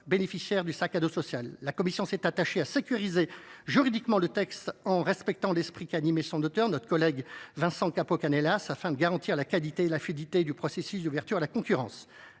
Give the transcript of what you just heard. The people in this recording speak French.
bénéficiaires du « sac à dos social ». La commission s’est attachée à sécuriser juridiquement le texte, en respectant l’esprit qui a animé son auteur, notre collègue Vincent Capo Canellas, afin de garantir la qualité et la fluidité du processus d’ouverture à la concurrence.